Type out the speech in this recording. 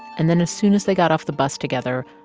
and then as soon as they got off the bus together,